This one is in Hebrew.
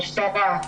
המשטרה,